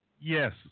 yes